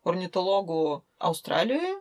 ornitologų australijoje